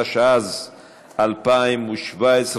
התשע"ז 2017,